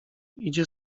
idzie